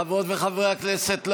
חברות וחברי הכנסת,